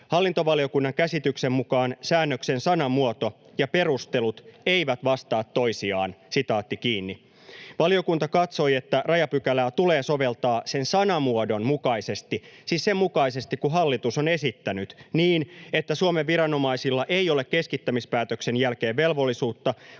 Hallintovaliokunnan käsityksen mukaan säännöksen sanamuoto ja perustelut eivät vastaa toisiaan.” Valiokunta katsoi, että rajapykälää tulee soveltaa sen sanamuodon mukaisesti — siis sen mukaisesti kuin hallitus on esittänyt — niin, että Suomen viranomaisilla ei ole keskittämispäätöksen jälkeen velvollisuutta